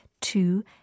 two